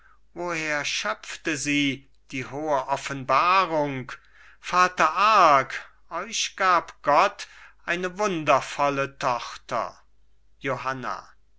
woher schöpft sie die hohe offenbarung vater arc euch gab gott eine wundervolle tochter johanna